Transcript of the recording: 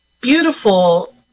beautiful